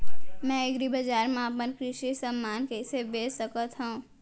मैं एग्रीबजार मा अपन कृषि समान कइसे बेच सकत हव?